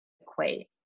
equate